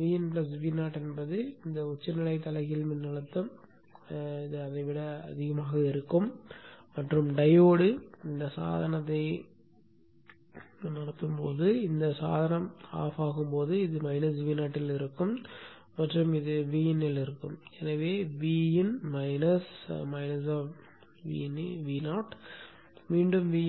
Vin Vo என்பது இந்த உச்சநிலை தலைகீழ் மின்னழுத்தம் அதை விட அதிகமாக இருக்கும் மற்றும் டையோடு இந்தச் சாதனத்தை நடத்தும் போது இந்தச் சாதனம் அணைக்கப்படும் போது இது Vo இல் இருக்கும் மற்றும் இது Vin இல் இருக்கும் எனவே Vin - மீண்டும் Vo